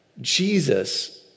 Jesus